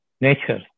nature